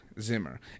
Zimmer